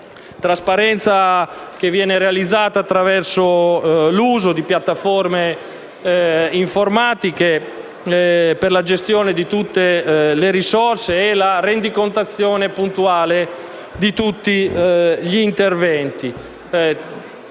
trasparenza, che viene realizzata attraverso l'uso di piattaforme informatiche per la gestione di tutte le risorse e la rendicontazione puntuale di tutti gli interventi.